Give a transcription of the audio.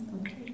Okay